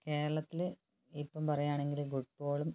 കേരളത്തിൽ ഇപ്പം പറയുകയാണെങ്കിൽ ഫുട്ബോളും